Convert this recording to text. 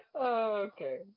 okay